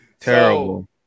terrible